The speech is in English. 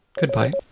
Goodbye